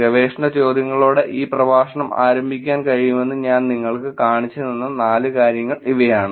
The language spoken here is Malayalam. ഗവേഷണ ചോദ്യങ്ങളോടെ ഈ പ്രഭാഷണം ആരംഭിക്കാൻ കഴിയുമെന്ന് ഞാൻ നിങ്ങൾക്ക് കാണിച്ചുതന്ന നാല് കാര്യങ്ങൾ ഇവയാണ്